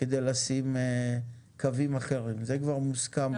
כדי לשים קווים אחרים זה כבר מוסכם בחוקים.